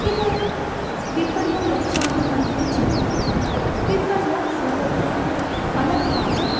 इदानीं विपणीं गच्छामः इति चिन्तयामः विपण्यां सर्वत्र फलकाः